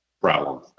problem